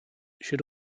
should